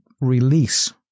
release